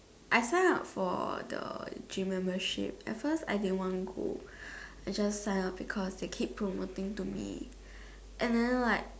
I sign up for the gym membership at first I didn't want go I sign up because they kept promoting me and then right